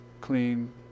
clean